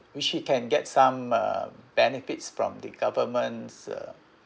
which he can get some um benefits from the governments uh